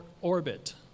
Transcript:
orbit